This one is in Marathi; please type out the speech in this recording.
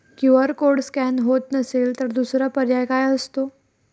क्यू.आर कोड स्कॅन होत नसेल तर दुसरा पर्याय काय असतो?